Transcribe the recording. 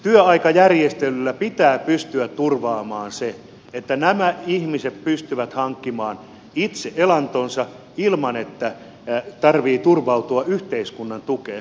työaikajärjestelyllä pitää pystyä turvaamaan se että nämä ihmiset pystyvät hankkimaan itse elantonsa ilman että tarvitsee turvautua yhteiskunnan tukeen